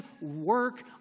work